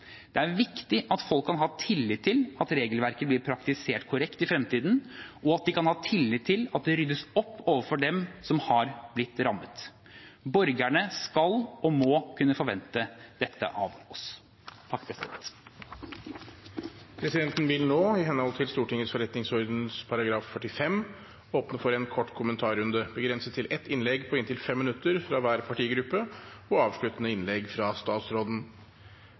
Det er viktig at folk kan ha tillit til at regelverket blir praktisert korrekt i fremtiden, og at de kan ha tillit til at det ryddes opp overfor dem som har blitt rammet. Borgerne skal og må kunne forvente dette av oss. Presidenten vil nå, i henhold til Stortingets forretningsorden § 45, åpne for en kort kommentarrunde, begrenset til ett innlegg på inntil 5 minutter fra hver partigruppe og avsluttende innlegg fra statsråden.